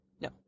No